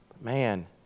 Man